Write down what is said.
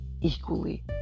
equally